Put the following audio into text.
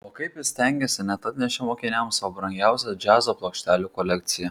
o kaip jis stengėsi net atnešė mokiniams savo brangiausią džiazo plokštelių kolekciją